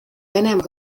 venemaa